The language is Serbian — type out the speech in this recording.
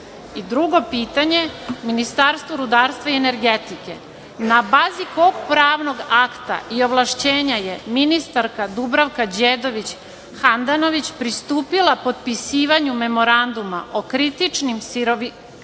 rudnika. Drugo pitanje Ministarstvu rudarstva i energetike – na bazi popravnog akta i ovlašćenja je ministarka Dubravka Đedović Handanović pristupila potpisivanju Memoranduma o kritičnim sirovinama